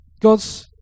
God's